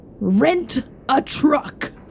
Rent-A-Truck